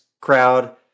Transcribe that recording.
crowd